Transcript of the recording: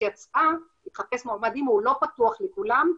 יצאה לחפש מועמדים הוא לא פתוח לכולם,